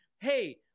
hey